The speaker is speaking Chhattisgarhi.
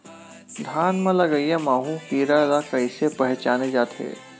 धान म लगईया माहु कीरा ल कइसे पहचाने जाथे?